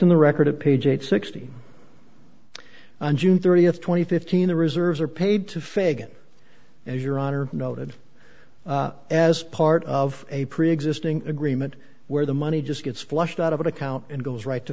in the record of page eight sixty one june thirtieth twenty fifteen the reserves are paid to fagan as your honor noted as part of a preexisting agreement where the money just gets flushed out of an account and goes right to